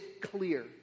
clear